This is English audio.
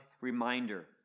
reminder